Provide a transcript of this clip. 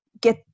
get